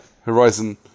Horizon